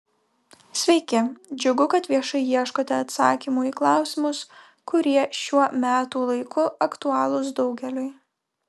sveiki džiugu kad viešai ieškote atsakymų į klausimus kurie šiuo metų laiku aktualūs daugeliui